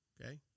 Okay